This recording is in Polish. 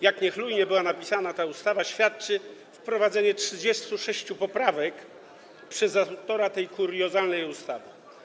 Jak niechlujnie była napisana ta ustawa, świadczy wprowadzenie 36 poprawek przez autora tej kuriozalnej ustawy.